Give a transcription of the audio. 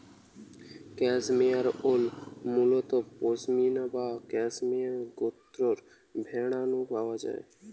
cashmere wool মুলত পসমিনা বা cashmere গোত্রর ভেড়া নু পাওয়া যায়